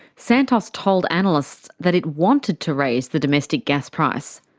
santos told analysts that it wanted to raise the domestic gas price.